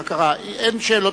38: